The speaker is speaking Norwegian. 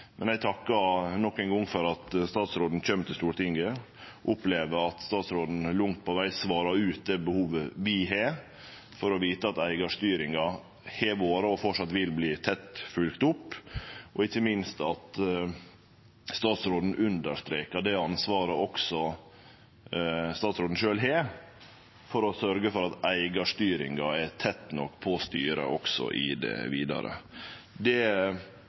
men eg takkar nok ein gong for at statsråden kjem til Stortinget, og eg opplever at ho langt på veg svarar ut det behovet vi har for å vite at eigarstyringa har vore, og framleis vil verte, tett følgd opp, og ikkje minst at statsråden understrekar det ansvaret ho sjølv har for å sørgje for at eigarstyringa er tett nok på styret også i det vidare. Det